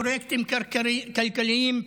פרויקטים כלכליים,